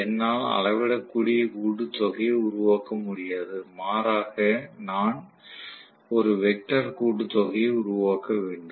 என்னால் அளவிடக்கூடிய கூட்டு தொகையை உருவாக்க முடியாது மாறாக நான் ஒரு வெக்டர் கூட்டு தொகையை உருவாக்க வேண்டும்